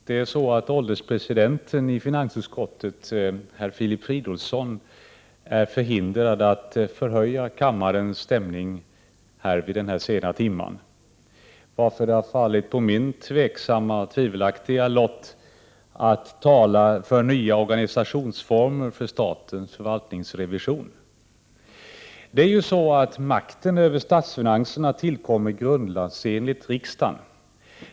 Herr talman! Ålderspresidenten i finansutskottet, Filip Fridolfsson, är förhindrad att förhöja kammarens stämning vid den här sena timmen, varför det har fallit på min lott att tala för nya organisationsformer för statens förvaltningsrevision. ”Makten över statsfinanserna tillkommer grundlagsenligt riksdagen.